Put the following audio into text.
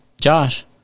Josh